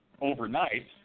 Overnight